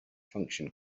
function